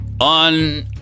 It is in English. on